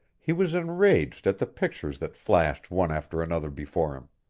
he was enraged at the pictures that flashed one after another before him.